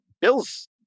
Bill's